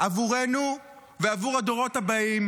עבורנו ועבור הדורות הבאים